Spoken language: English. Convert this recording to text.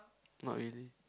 not really